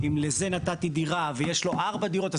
אם לזה נתתי דירה ויש לו ארבע דירות אז